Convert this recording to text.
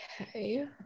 Okay